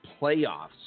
playoffs